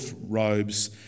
robes